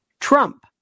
Trump